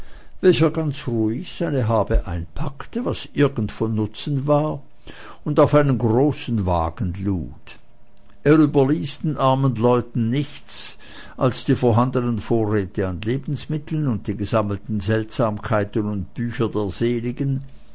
welcher ganz ruhig seine habe einpackte was irgend von nutzen war und auf einen großen wagen lud er überließ den armen leuten nichts als die vorhandenen vorräte an lebensmitteln und die gesammelten seltsamkeiten und bücher der seligen